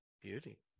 Beauty